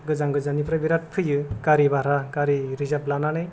गोजान गोजान निफ्राय बिराद फैयो गारि भारा गारि रिजार्ब लानानै